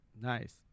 nice